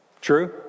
true